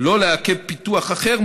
לא לעכב פיתוח אחר,